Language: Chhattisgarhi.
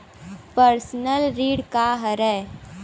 पर्सनल ऋण का हरय?